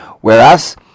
Whereas